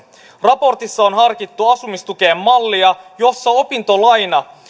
raportissa on harkittu asumistukeen mallia jossa opintolaina